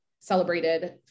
celebrated